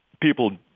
people